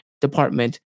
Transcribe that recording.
department